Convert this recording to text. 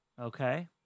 Okay